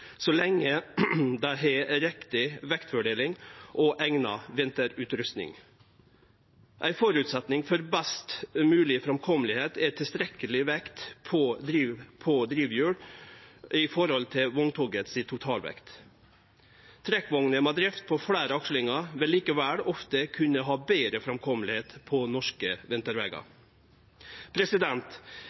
så lenge dei har riktig vektfordeling og eigna vinterutrusting. Ein føresetnad for best mogleg framkome er tilstrekkeleg vekt på drivhjul i forhold til totalvekta på vogntoget. Trekkvogner med drift på fleire akslingar vil likevel ofte kunne ha betre framkome på norske vintervegar.